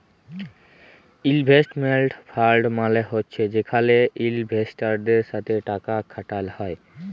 investment fund মালে হছে যেখালে ইলভেস্টারদের সাথে টাকা খাটাল হ্যয়